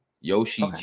Yoshi